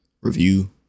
review